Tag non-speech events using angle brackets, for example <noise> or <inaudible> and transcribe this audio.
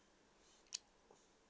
<noise>